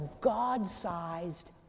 God-sized